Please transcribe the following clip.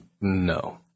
No